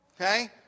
Okay